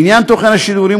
לעניין תוכן השידורים,